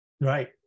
Right